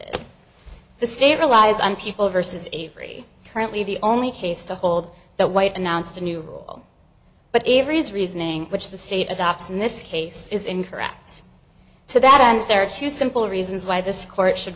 by the state relies on people versus avery currently the only case to hold that white announced a new rule but every his reasoning which the state adopts in this case is incorrect to that and there are two simple reasons why this court sh